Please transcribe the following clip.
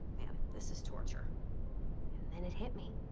man, this is torture. and then it hit me.